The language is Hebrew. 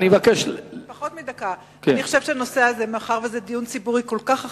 מאחר שמדובר בדיון ציבורי כל כך רחב,